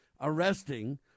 arresting